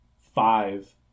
five